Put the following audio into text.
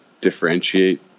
differentiate